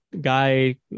guy